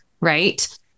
right